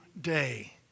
day